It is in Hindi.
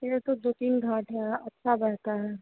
यह तो दो तीन घाट है अच्छा बढ़ता है